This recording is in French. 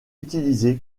utilisé